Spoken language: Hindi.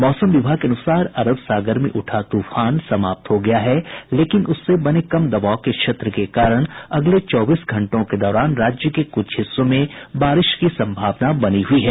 मौसम विभाग के अनुसार अरब सागर में उठा तूफान समाप्त हो गया है लेकिन उससे बने कम दबाव के क्षेत्र के कारण अगले चौबीस घंटों के दौरान राज्य के कुछ हिस्सों में बारिश की संभावना बनी हुयी है